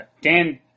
Dan